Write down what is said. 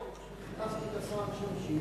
אדוני היושב-ראש, אני פשוט חיפשתי את השר המשיב.